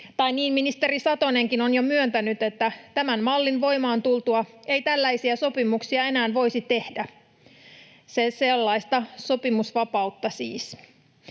ministeri Satonenkin on jo myöntänyt, että tämän mallin voimaan tultua ei tällaisia sopimuksia enää voisi tehdä. Sellaista sopimusvapautta siis.